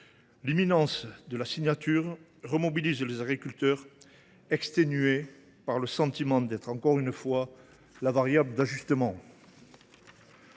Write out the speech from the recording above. l’imminence de la signature de l’accord remobilise les agriculteurs, exténués par le sentiment d’être encore une fois la variable d’ajustement.